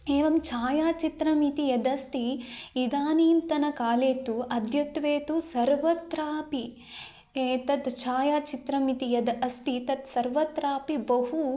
एवं छाया चित्रम् इति यदस्ति इदानीन्तनकाले तु अद्यत्वे तु सर्वत्रापि एतद् छायाचित्रम् इति यद् अस्ति तत् सर्वत्रापि बहु